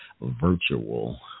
virtual